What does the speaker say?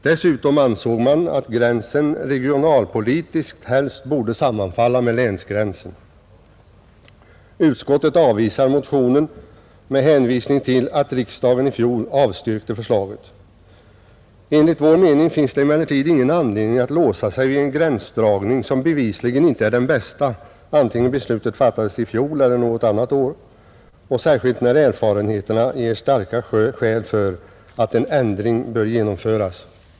Dessutom ansåg man att gränsen regionalpolitiskt helst borde sammanfalla med länsgränsen. Utskottet avvisar motionen med hänvisning till att riksdagen i fjol avstyrkte förslaget. Enligt vår mening finns det emellertid ingen anledning att låsa sig vid en gränsdragning som bevisligen inte är den bästa, oavsett om beslutet fattats i år eller något annat år, särskilt som erfarenheterna ger starka skäl för att en ändring bör genomföras.